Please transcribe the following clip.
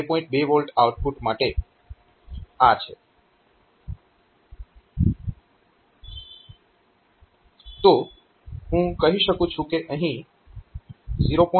2 V માટે output આ છે તો હું કહી શકું છું કે અહીં 0